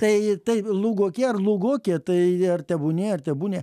tai tai lūguokie ar lūgokie tai ar tebūnie ar tebūnie